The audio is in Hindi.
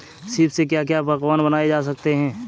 सीप से क्या क्या पकवान बनाए जा सकते हैं?